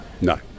No